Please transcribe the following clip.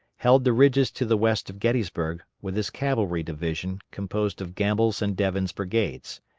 held the ridges to the west of gettysburg, with his cavalry division, composed of gamble's and devin's brigades.